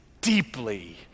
deeply